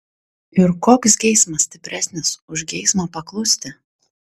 ir koks geismas stipresnis už geismą paklusti